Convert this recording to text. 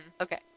Okay